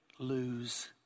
lose